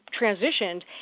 transitioned